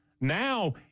Now